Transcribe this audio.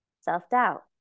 self-doubt